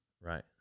Right